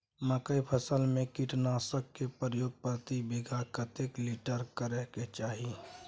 मकई फसल में कीटनासक के प्रयोग प्रति बीघा कतेक लीटर करय के चाही?